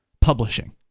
publishing